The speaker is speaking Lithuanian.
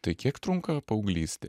tai kiek trunka paauglystė